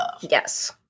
Yes